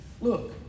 Look